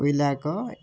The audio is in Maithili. ओहि लऽ कऽ ओतऽ